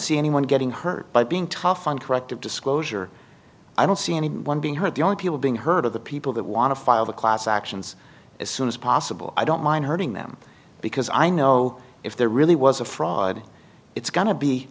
see anyone getting hurt but being tough on corrective disclosure i don't see anyone being hurt the only people being hurt of the people that want to file the class actions as soon as possible i don't mind hurting them because i know if there really was a fraud it's go